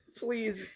Please